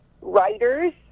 writers